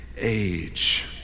age